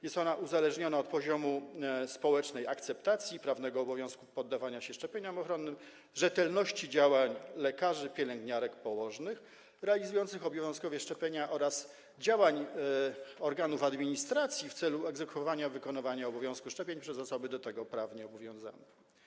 Jest ona uzależniona od poziomu społecznej akceptacji, prawnego obowiązku poddawania się szczepieniom ochronnym, rzetelności działań lekarzy, pielęgniarek, położnych realizujących obowiązkowe szczepienia oraz działań organów administracji podejmowanych w celu egzekwowania wykonywania obowiązku szczepień przez osoby do tego prawnie obowiązane.